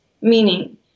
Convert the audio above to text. Meaning